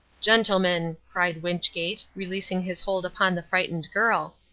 gentlemen, cried wynchgate, releasing his hold upon the frightened girl,